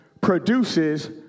produces